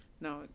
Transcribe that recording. no